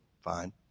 fine